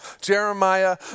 Jeremiah